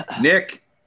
Nick